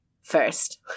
first